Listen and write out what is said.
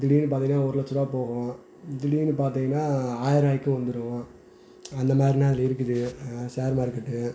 திடீர்னு பார்த்தீங்கனா ஒரு லட்சம் ரூபா போகும் திடீர்னு பார்த்தீங்கனா ஆயிர ரூபாக்கும் வந்துடும் அந்த மாதிரிலாம் அதில் இருக்குது ஷேர் மார்க்கெட்டு